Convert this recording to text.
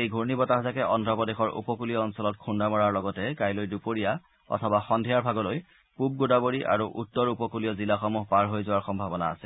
এই ঘূৰ্ণীবতাহজাকে অদ্ৰপ্ৰদেশৰ উপকূলীয় অঞ্চলত খুন্দা মৰাৰ লগতে কাইলৈ দুপৰীয়া অথবা সন্ধিয়াৰ ভাগলৈ পূব গোদাবৰী আৰু উত্তৰ উপকূলীয় জিলাসমূহ পাৰ হৈ যোৱাৰ সম্ভাৱনা আছে